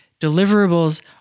Deliverables